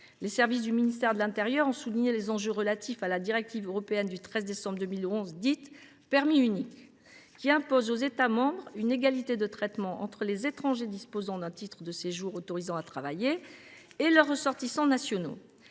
Les services du ministre de l’intérieur ont notamment souligné les enjeux relatifs à la directive européenne du 13 décembre 2011, dite directive Permis unique, qui impose aux États membres une égalité de traitement entre les étrangers disposant d’un titre de séjour autorisant à travailler et leurs ressortissants nationaux.